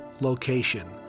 location